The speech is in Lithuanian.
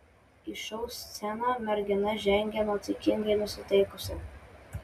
į šou sceną mergina žengė nuotaikingai nusiteikusi